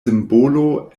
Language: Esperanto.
simbolo